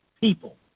people